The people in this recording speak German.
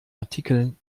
artikeln